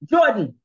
Jordan